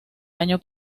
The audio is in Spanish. año